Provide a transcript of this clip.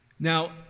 Now